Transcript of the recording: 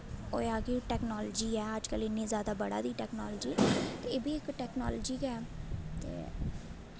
होएआ कि टैकनॉलजी ऐ अज्जकल इन्नी जादा बड़ा दी ऐ टैकनालजी ते एोह् बी इक टैकनालजी गै ऐ ते